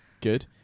Good